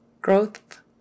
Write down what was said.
Growth